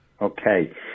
okay